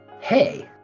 Hey